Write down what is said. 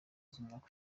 z’umwaka